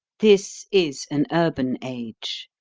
this is an urban age.